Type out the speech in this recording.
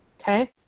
Okay